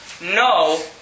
no